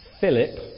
Philip